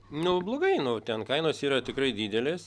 nu blogai nu ten kainos yra tikrai didelės